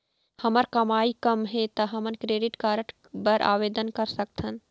हमर कमाई कम हे ता हमन क्रेडिट कारड बर आवेदन कर सकथन?